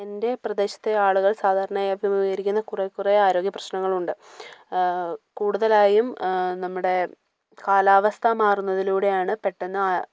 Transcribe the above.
എൻ്റെ പ്രദേശത്തെ ആളുകൾ സാധാരണയായി അഭിമുഖീകരിക്കുന്ന കുറെ കുറെ ആരോഗ്യ പ്രശ്നങ്ങളുണ്ട് കൂടുതലായും നമ്മുടെ കാലവസ്ഥ മാറുന്നതിലൂടെയാണ് പെട്ടന്ന്